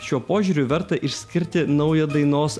šiuo požiūriu verta išskirti naują dainos